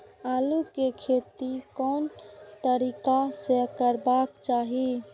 आलु के खेती कोन तरीका से करबाक चाही?